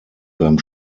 beim